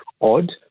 odd